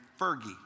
Fergie